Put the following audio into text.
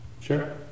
Sure